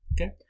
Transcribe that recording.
Okay